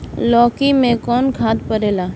लौकी में कौन खाद पड़ेला?